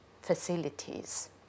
facilities